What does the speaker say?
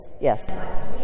yes